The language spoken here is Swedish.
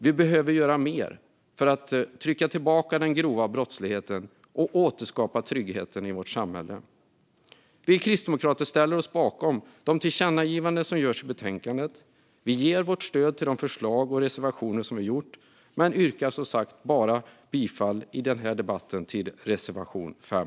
Vi behöver göra mer för att trycka tillbaka den grova brottsligheten och återskapa tryggheten i vårt samhälle. Vi kristdemokrater ställer oss bakom de tillkännagivanden som görs i betänkandet. Vi ger vårt stöd till de förslag och reservationer som lagts fram men yrkar som sagt i denna debatt bifall bara till reservation 5.